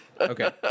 Okay